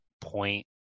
point